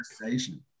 conversation